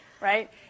right